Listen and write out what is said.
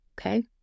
okay